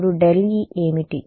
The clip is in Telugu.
ఇప్పుడు ∇e ఏమిటి